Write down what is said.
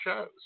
shows